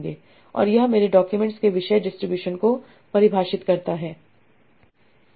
और यह मेरे डॉक्यूमेंट्स के विषय डिस्ट्रीब्यूशन को परिभाषित करता है